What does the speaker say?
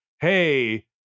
hey